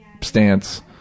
stance